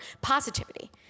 positivity